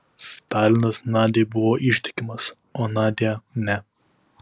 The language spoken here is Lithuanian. stalinas nadiai buvo ištikimas o nadia ne